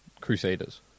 Crusaders